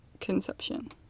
Conception